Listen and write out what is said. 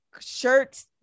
Shirts